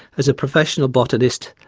as a professional botanist,